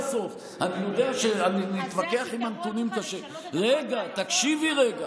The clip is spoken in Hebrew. אילת שקד, רגע, תקשיב לי עד הסוף.